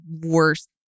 worst